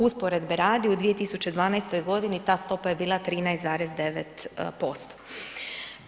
Usporedbe radi u 2012. godini ta stopa je bila 13,9%